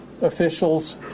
officials